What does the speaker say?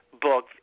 book